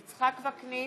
וקנין,